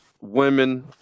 women